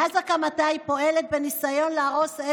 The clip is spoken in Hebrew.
מאז הקמתה היא פועלת בניסיון להרוס את